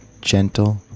gentle